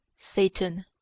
satan,